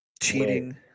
cheating